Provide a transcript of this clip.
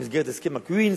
במסגרת הסכם ה-QIZ,